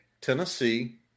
Tennessee